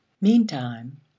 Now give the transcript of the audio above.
meantime